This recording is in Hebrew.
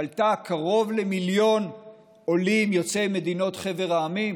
קלטה קרוב למיליון עולים יוצאי מדינות חבר העמים?